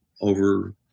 over